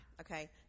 okay